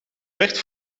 werd